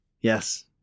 Yes